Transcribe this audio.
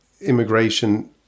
immigration